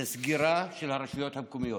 זה סגירה של הרשויות המקומיות.